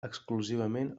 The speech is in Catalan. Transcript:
exclusivament